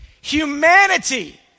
Humanity